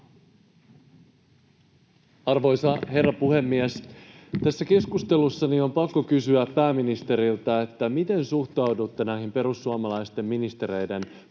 Arvoisa herra puhemies! Tässä keskustelussa on pakko kysyä pääministeriltä, miten suhtaudutte näihin perussuomalaisten ministereiden puheisiin